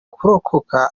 kurokoka